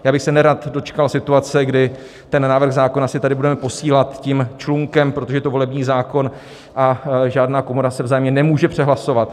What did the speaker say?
Já bych se nerad dočkal situace, kdy návrh zákona si tady budeme posílat tím člunkem, protože je to volební zákon a žádná komora se vzájemně nemůže přehlasovat.